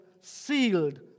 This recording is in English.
sealed